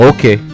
Okay